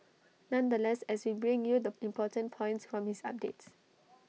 nonetheless as we bring you the important points from his updates